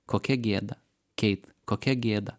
kokia gėda keit kokia gėda